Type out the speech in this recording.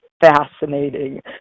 fascinating